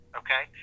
okay